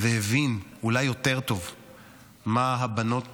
והבין אולי יותר טוב מה הבנות